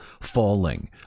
falling